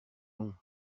long